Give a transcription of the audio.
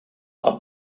are